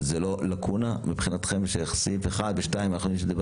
זאת לא לקונה מבחינתכם שסעיף (1) ו-(2) מדבר